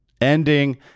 ending